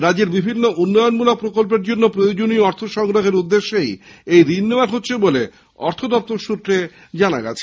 রাজ্যের বিভিন্ন উন্নয়নমূলক প্রকল্পের জন্য প্রয়োজনীয় অর্থ সংগ্রহের উদ্দেশ্যেই এই ঋণ নেওয়া হচ্ছে বলে অর্থ দপ্তরের তরফে জানানো হয়েছে